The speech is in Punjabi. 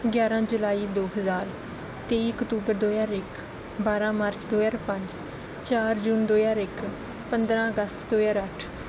ਗਿਆਰ੍ਹਾਂ ਜੁਲਾਈ ਦੋ ਹਜ਼ਾਰ ਤੇਈ ਅਕਤੂਬਰ ਦੋ ਹਜ਼ਾਰ ਇੱਕ ਬਾਰ੍ਹਾਂ ਮਾਰਚ ਦੋ ਹਜ਼ਾਰ ਪੰਜ ਚਾਰ ਜੂਨ ਦੋ ਹਜ਼ਾਰ ਇੱਕ ਪੰਦਰ੍ਹਾਂ ਅਗਸਤ ਦੋ ਹਜ਼ਾਰ ਅੱਠ